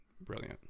Brilliant